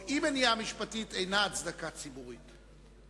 או אי-מניעה משפטית, אינה הצדקה ציבורית.